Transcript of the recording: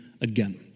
again